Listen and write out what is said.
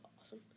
awesome